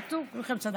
בקיצור, כולכם צדקתם.